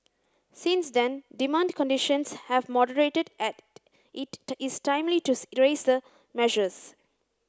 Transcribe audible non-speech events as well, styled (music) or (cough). since then demand conditions have moderated (unintelligible) it is timely to (unintelligible) the measures